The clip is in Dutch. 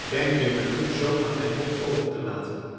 denk je me nu zoo aan mijn lot over te laten